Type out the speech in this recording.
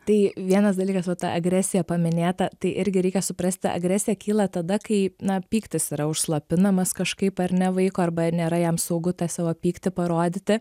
tai vienas dalykas va ta agresija paminėta tai irgi reikia suprasti agresija kyla tada kai na pyktis yra užslopinamas kažkaip ar ne vaiko arba nėra jam saugu tą savo pyktį parodyti